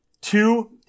two